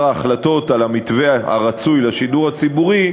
ההחלטות על המתווה הרצוי לשידור הציבורי,